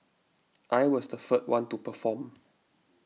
I was the third one to perform